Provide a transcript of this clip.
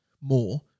more